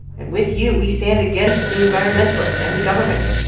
and with you, we stand against the environmentalists and the government,